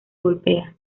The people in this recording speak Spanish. golpea